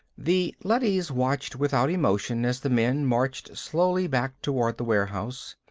the leadys watched without emotion as the men marched slowly back toward the warehouse.